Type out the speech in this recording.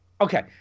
okay